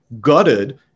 gutted